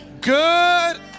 Good